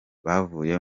bavuye